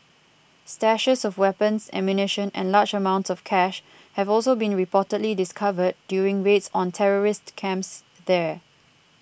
stashes of weapons ammunition and large amounts of cash have also been reportedly discovered during raids on terrorist camps there